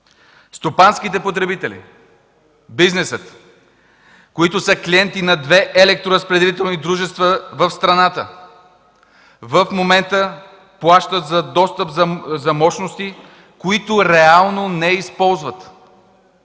Стопанските потребители – бизнесът, които са клиенти на две електроразпределителни дружества в страната, в момента плащат за достъп за мощности, които реално не използват.